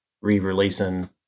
re-releasing